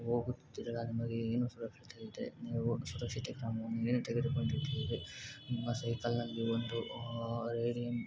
ಹೋಗುತ್ತೀರಲ್ಲ ನಿಮಗೆ ಏನು ಸುರಕ್ಷತೆ ಇದೆ ನೀವು ಸುರಕ್ಷತೆ ಕ್ರಮವನ್ನು ಏನು ತೆಗೆದುಕೊಂಡಿದ್ದೀರಿ ನಿಮ್ಮ ಸೈಕಲ್ನಲ್ಲಿ ಒಂದು ರೆಡಿಯನ್